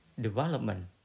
development